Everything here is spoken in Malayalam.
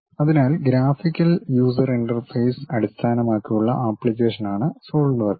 അതിനാൽ ഗ്രാഫിക്കൽ യൂസർ ഇന്റർഫേസ് അടിസ്ഥാനമാക്കിയുള്ള ആപ്ലിക്കേഷനാണ് സോളിഡ് വർക്ക്സ്